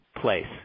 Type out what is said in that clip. place